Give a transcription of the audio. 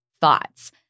Thoughts